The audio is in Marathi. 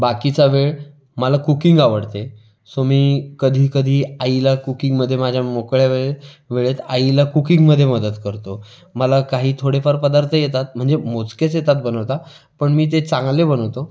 बाकीचा वेळ मला कुकिंग आवडते सो मी कधी कधी आईला कुकिंगमध्ये माझ्या मोकळ्या वेळेत वेळेत आईला कुकिंगमध्ये मदत करतो मला काही थोडेफार पदार्थ येतात म्हणजे मोजकेच येतात बनवता पण मी ते चांगले बनवतो